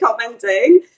commenting